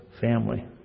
family